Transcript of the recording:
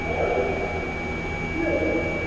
हलो हजुर